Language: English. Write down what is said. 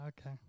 okay